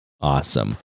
awesome